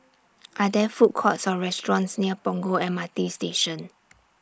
Are There Food Courts Or restaurants near Punggol M R T Station